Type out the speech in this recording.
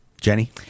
Jenny